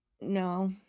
No